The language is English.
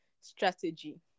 strategy